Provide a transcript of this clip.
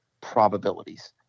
probabilities